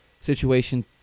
situation